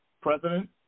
President